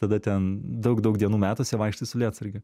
tada ten daug daug dienų metuose vaikštai su lietsargiu